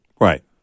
Right